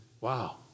wow